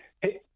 Hey